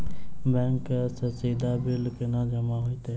Bank सँ सीधा bill केना जमा होइत?